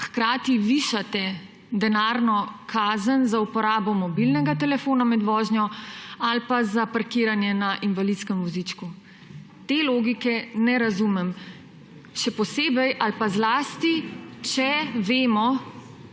hkrati višate denarno kazen za uporabo mobilnega telefona med vožnjo ali pa za parkiranje na parkirnem prostoru za invalide. Te logike ne razumem. Še posebej ali pa zlasti, če